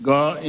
God